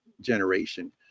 generation